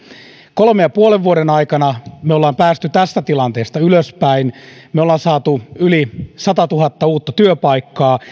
kolmen ja puolen vuoden aikana me olemme päässeet tästä tilanteesta ylöspäin me olemme saaneet yli satatuhatta uutta työpaikkaa